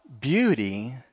beauty